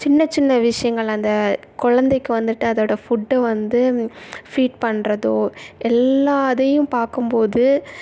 சின்ன சின்ன விஷயங்கள் அந்த குலந்தைக்கி வந்துட்டு அதோட ஃபுட்டை வந்து ஃபீட் பண்ணுறதோ எல்லா இதையும் பார்க்கம்போது